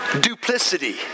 duplicity